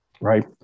Right